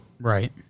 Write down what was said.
Right